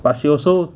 but she also